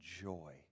joy